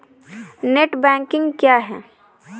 Net banking क्या है?